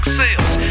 sales